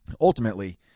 ultimately –